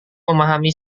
memahami